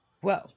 whoa